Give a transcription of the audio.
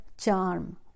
charm